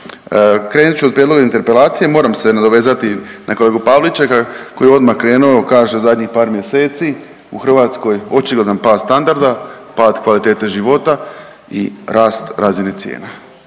Krenut ću od prijedloga interpelacije, moram se nadovezati na kolegu Pavličeka koji je odmah krenu kaže zadnjih par mjeseci u Hrvatskoj očigledan pad standarda, pad kvalitete života i rast razine cijena.